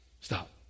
Stop